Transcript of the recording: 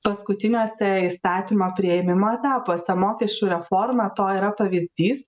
paskutiniuose įstatymo priėmimo etapuose mokesčių reforma to yra pavyzdys